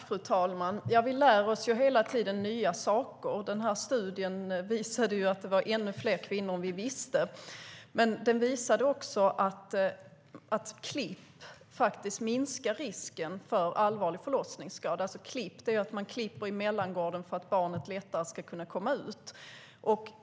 Fru talman! Vi lär oss hela tiden nya saker. Studien visade att det handlade om fler kvinnor än vi visste om. Studien visade också att klipp minskar risken för allvarlig förlossningsskada. Klipp innebär att klippa i mellangården för att barnet lättare ska komma ut.